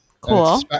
Cool